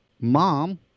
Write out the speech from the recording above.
Mom